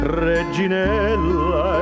reginella